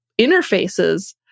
interfaces